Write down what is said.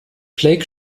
blake